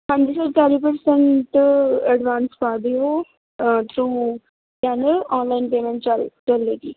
ਹਾਂਜੀ ਸਰ ਚਾਲੀ percent advance ਪਾ ਦਿਓ ਟੂ ਔਨਲਾਈਨ ਪੇਮੈਂਟ